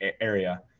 area